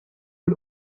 fil